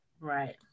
right